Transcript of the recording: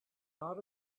not